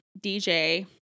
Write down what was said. DJ